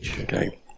Okay